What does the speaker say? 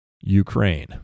ukraine